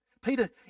Peter